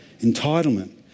Entitlement